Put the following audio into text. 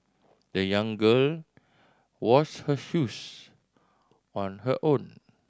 the young girl washed her shoes on her own